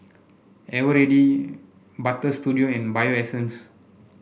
Eveready Butter Studio and Bio Essence